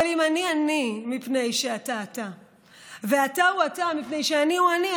אבל אם אני אני מפני שאתה אתה ואתה הוא אתה מפני שאני הוא אני,